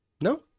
no